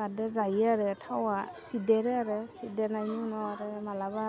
बारदेर जायो आरो थावा सिरदावो आरो सिरदावनायनि उनाव आरो मालाबा